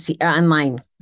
Online